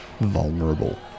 vulnerable